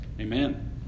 Amen